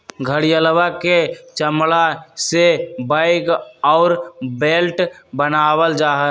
घड़ियलवा के चमड़ा से बैग और बेल्ट बनावल जाहई